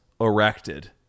erected